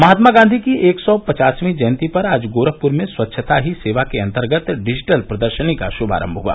महात्मा गांधी की एक सौ पचासवीं जयंती पर आज गोरखपुर में स्वच्छता ही सेवा के अंतर्गत डिजिटल प्रदर्शनी का शुभारंभ हुआ